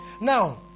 Now